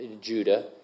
Judah